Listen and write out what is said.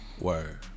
Word